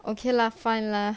okay lah fine lah